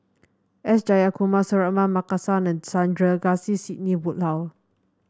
S Jayakumar Suratman Markasan and Sandrasegaran Sidney Woodhull